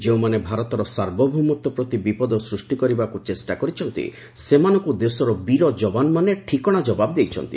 ଯେଉଁମାନେ ଭାରତର ସାର୍ବଭୌମତ୍ୱ ପ୍ରତି ବିପଦ ସୃଷ୍ଟି କରିବାକୁ ଚେଷ୍ଟା କରିଛନ୍ତି ସେମାନଙ୍କୁ ଦେଶର ବୀର ଯବାନମାନେ ଠିକଣା ଯବାବ ଦେଇଛନ୍ତି